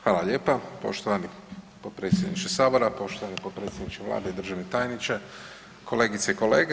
Hvala lijepa poštovani potpredsjedniče Sabora, poštovani potpredsjedniče Vlade i državni tajniče, kolegice i kolege.